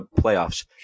playoffs